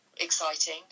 exciting